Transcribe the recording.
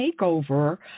takeover